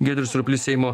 giedrius surplys seimo